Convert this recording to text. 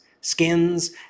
skins